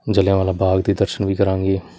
ਜ਼ਿਲ੍ਹਿਆਂ ਵਾਲਾ ਬਾਗ ਦੇ ਦਰਸ਼ਨ ਵੀ ਕਰਾਂਗੇ